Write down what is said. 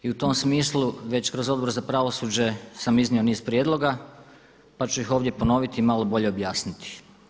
I u tom smislu već kroz Odbor za pravosuđe sam iznio niz prijedloga pa ću ih ovdje ponoviti i malo bolje objasniti.